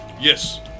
Yes